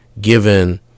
given